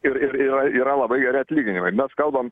ir ir yra yra labai geri atlyginimai mes kalbam